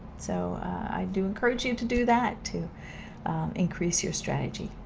so, i do encourage you to do that, to increase your strategy.